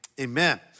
amen